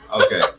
okay